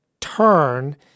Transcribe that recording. turn